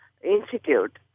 institute